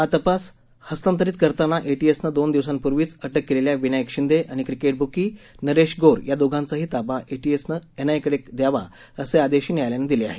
हा तपास हस्तांतरित करतानाच एटीएसने दोनच दिवसांपूर्वी अटक केलेल्या विनायक शिंदे आणि क्रिकेट बुकी नरेश गोर या दोघांचाही ताबा एटीएसनं एनआयए कडे द्यावा असे आदेशही न्यायालयानं दिले आहेत